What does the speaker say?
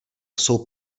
jsou